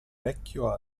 vecchio